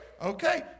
Okay